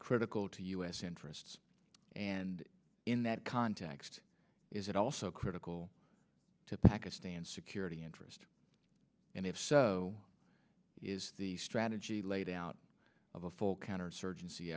critical to u s interests and in that context is it also critical to pakistan's security interest and if so is the strategy laid out of a full counterinsurge